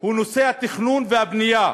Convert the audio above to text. הוא נושא התכנון והבנייה